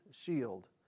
shield